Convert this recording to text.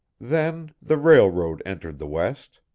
then the railroad entered the west.